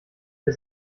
der